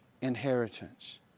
inheritance